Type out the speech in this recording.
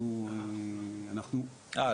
אנחנו --- אה,